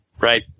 right